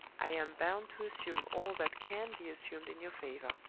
i am bound to assume all that can be assumed in your favor.